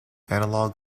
analog